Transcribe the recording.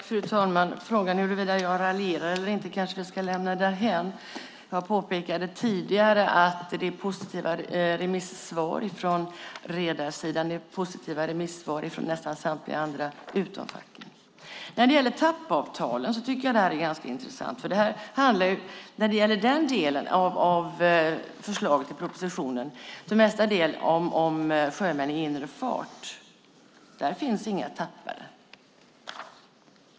Fru talman! Frågan huruvida jag raljerar eller inte kanske vi ska lämna därhän. Jag påpekade tidigare att det är positiva remissvar från redarsidan och från nästan samtliga utom facken. Detta med TAP-avtalen tycker jag är ganska intressant. I den delen av förslaget i propositionen som handlar om sjömän i inre fart finns inga "tappare".